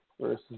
versus